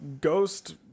Ghost